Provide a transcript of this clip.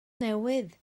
newydd